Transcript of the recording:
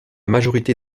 majorité